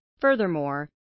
Furthermore